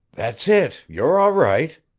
that's it, you're all right,